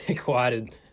quieted